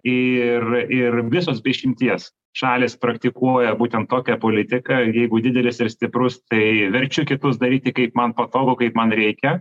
ir ir visos be išimties šalys praktikuoja būtent tokią politiką jeigu didelis ir stiprus tai verčiu kitus daryti kaip man patogu kaip man reikia